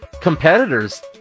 competitors